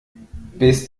bis